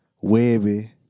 Webby